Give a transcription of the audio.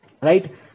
right